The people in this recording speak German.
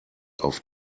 auf